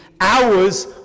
hours